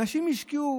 אנשים השקיעו,